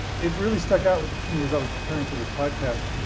it really stuck out to me as i was preparing for this podcast.